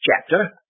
chapter